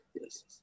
Yes